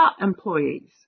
employees